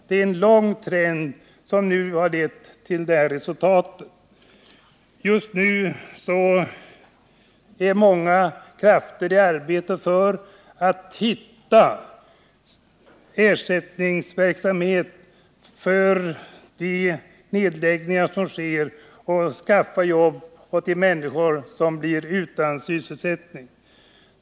Det är en lång trend som nu lett till detta resultat. Just nu är många krafter i arbete för att hitta ersättningar för de verksamheter som läggs ned och för att skaffa jobb åt de människor som blir utan sysselsättning.